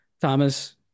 Thomas